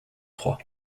trois